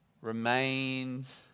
Remains